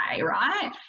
right